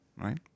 Right